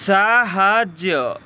ସାହାଯ୍ୟ